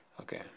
Okay